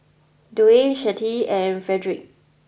Duane Chante and Fredrick